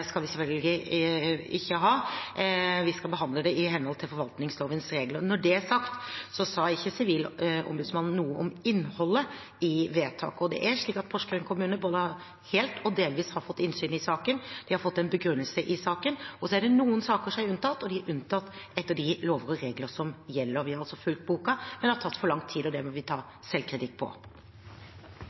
skal vi selvfølgelig ikke ha. Vi skal behandle det i henhold til forvaltningslovens regler. Når det er sagt, sa ikke Sivilombudsmannen noe om innholdet i vedtak, og det er slik at Porsgrunn kommune både helt og delvis har fått innsyn i saken, de har fått en begrunnelse i saken. Så er det noen dokumenter som er unntatt, og de unntas etter de lover og regler som gjelder. Vi har altså fulgt boka, men det har tatt for lang tid, og det må vi ta selvkritikk på.